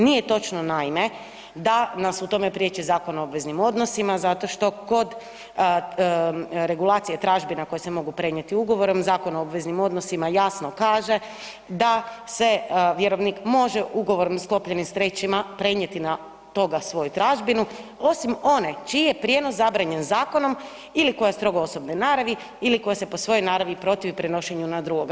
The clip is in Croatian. Nije točno, naime, da nas u tome priječi Zakon o obveznim odnosima zato što kod regulacije tražbina koje se mogu prenijeti ugovorom, zakona o obveznim odnosima jasno kaže da se vjerovnik može ugovorom sklopljenim s trećima prenijeti na toga svoju tražbinu, osim one čiji je prijenos zabranjen zakonom ili koja je strogo osobne naravi ili koja se po svojoj naravi protivi prenošenju na drugoga.